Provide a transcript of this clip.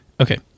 Okay